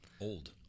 Old